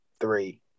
three